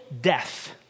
death